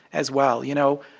as well? you know,